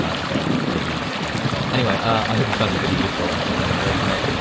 if i've misled you thus far. anyway, i hope you found this video useful and took something away from it.